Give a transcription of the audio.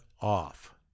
off